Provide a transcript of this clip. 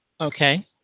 okay